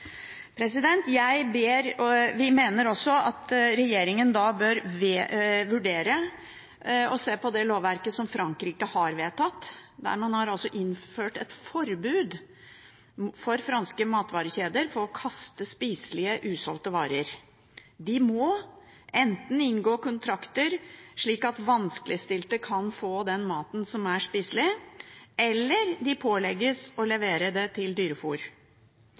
Vi mener også at regjeringen bør vurdere å se på det lovverket som Frankrike har vedtatt. Der har man for franske matvarekjeder innført et forbud mot å kaste spiselige, usolgte varer. Enten må de inngå kontrakter, slik at vanskeligstilte kan få den maten som er spiselig, eller de pålegges å levere det til